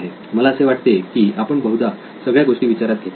मला असे वाटते की आपण बहुधा सगळ्या गोष्टी विचारात घेतल्या आहेत